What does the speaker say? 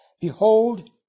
Behold